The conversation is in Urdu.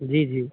جی جی